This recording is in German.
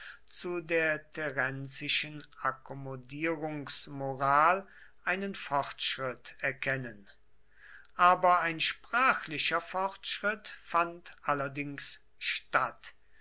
zu der terenzischen akkommodierungsmoral einen fortschritt erkennen aber ein sprachlicher fortschritt fand allerdings statt